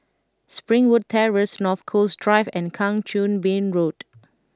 Springwood Terrace North Coast Drive and Kang Choo Bin Road